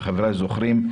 וחבריי זוכרים,